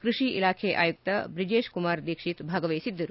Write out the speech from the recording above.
ಕೃಷಿ ಇಲಾಖೆ ಆಯುಕ್ತ ಬ್ರಿಜೆಷ್ ಕುಮಾರ್ ದೀಕ್ಷಿತ್ ಭಾಗವಹಿಸಿದ್ದರು